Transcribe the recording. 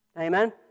Amen